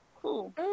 Cool